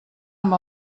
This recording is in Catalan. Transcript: amb